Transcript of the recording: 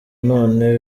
none